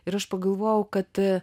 ir aš pagalvojau kad